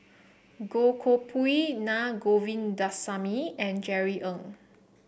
Goh Koh Pui Naa Govindasamy and Jerry Ng